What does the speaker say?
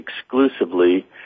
exclusively